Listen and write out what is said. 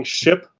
ship